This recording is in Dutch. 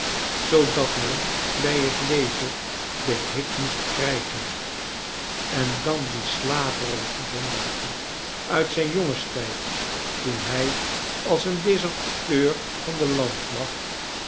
zoodat men bij het lezen den hik moest krijgen en dan die slaperige zondagen uit zijn jongenstijd toen hij als een deserteur van de landmacht